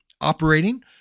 operating